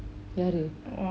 யாரு:yaaru